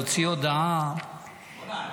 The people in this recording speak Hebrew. הוציא הודעה --- בוא'נה,